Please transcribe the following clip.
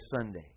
Sunday